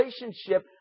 relationship